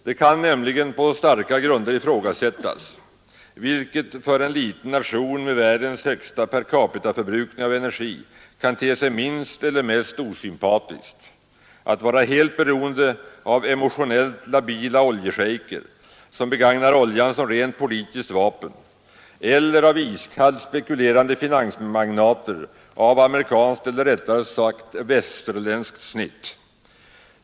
Det kan nämligen på starka grunder ifrågasättas vad som för en liten nation med världens högsta per capitaförbrukning av energi kan te sig minst eller mest osympatiskt: att vara helt beroende av emotionellt labila oljeschejker, som begagnar oljan som rent politiskt vapen, eller av iskallt spekulerande finansmagnater av amerikanskt eller rättare sagt västerländskt snitt.